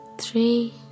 three